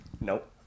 Nope